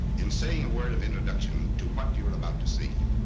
in saying word of introduction to what you are about to see.